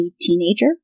teenager